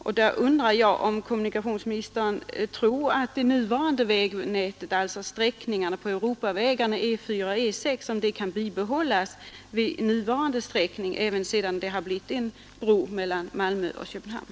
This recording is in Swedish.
Jag undrar om kommunikationsministern tror att det nuvarande vägnätet, närmast Europavägarna E 4 och E 6, kan bibehållas i sin nuvarande sträckning även sedan det byggts en bro mellan Malmö och Köpenhamn.